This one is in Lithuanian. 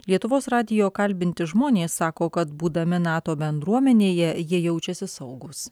lietuvos radijo kalbinti žmonės sako kad būdami nato bendruomenėje jie jaučiasi saugūs